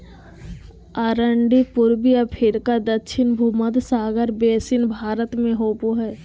अरंडी पूर्वी अफ्रीका दक्षिण भुमध्य सागर बेसिन भारत में होबो हइ